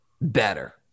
Better